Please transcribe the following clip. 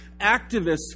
activists